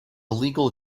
legal